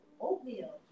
oatmeal